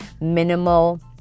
minimal